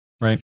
Right